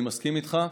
אני מסכים איתך.